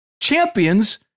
champions